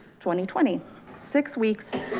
twenty, twenty six weeks.